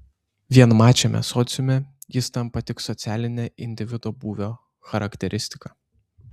vienmačiame sociume jis tampa tik socialine individo būvio charakteristika